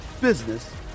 business